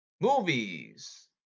Movies